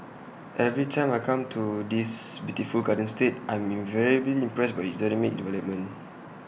every time I come to this beautiful garden state I'm invariably impressed by its dynamic development